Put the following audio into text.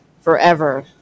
forever